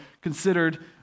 considered